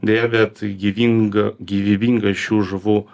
deja bet gyvinga gyvybinga šių žuvų